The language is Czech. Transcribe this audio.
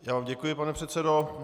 Já vám děkuji, pane předsedo.